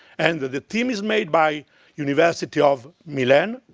and the team is made by university of milan,